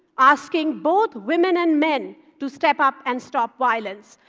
asking both women and men to step up and stop violence.